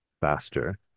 faster